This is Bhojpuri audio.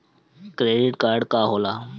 क्रेडिट कार्ड का होला?